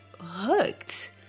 hooked